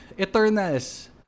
Eternals